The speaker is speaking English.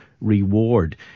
reward